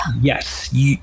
Yes